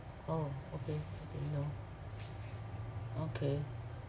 oh okay didn't know okay